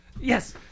Yes